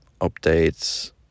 updates